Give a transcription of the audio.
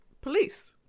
police